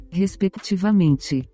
respectivamente